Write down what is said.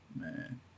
Man